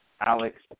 Alex